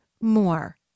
more